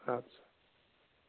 اَدٕ